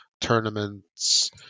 tournaments